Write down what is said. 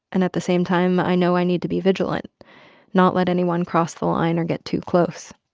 and at the same time, i know i need to be vigilant not let anyone cross the line or get too close.